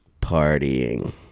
partying